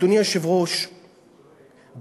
אדוני היושב-ראש,